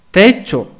Techo